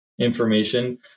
information